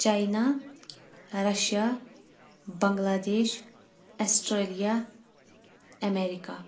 China Russia Bangladesh Australia America